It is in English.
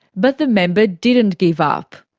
but the member didn't give up.